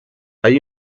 hay